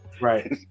Right